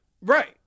Right